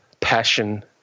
passion